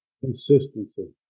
Consistency